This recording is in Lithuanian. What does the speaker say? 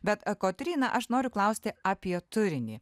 bet kotryna aš noriu klausti apie turinį